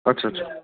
ਅੱਛਾ ਅੱਛਾ